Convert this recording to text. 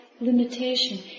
limitation